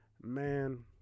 Man